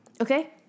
Okay